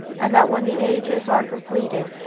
and that when the ages are completed,